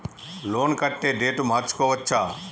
Loan కట్టే date మార్చుకోవచ్చా?